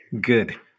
Good